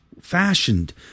fashioned